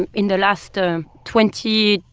and in the last ah twenty,